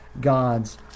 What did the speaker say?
God's